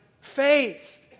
faith